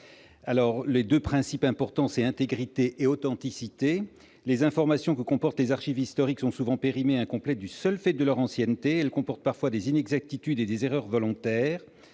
alors les 2 principes importants c'est intégrité et authenticité, les informations que comportent les archives historiques sont souvent périmés incomplètes du seul fait de leur ancienneté, elle comporte parfois des inexactitudes et des erreurs volontaires